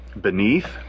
beneath